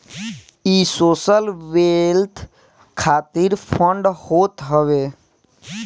इ social wealth खातिर fund होत हवे